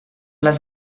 las